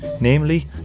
namely